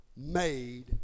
Made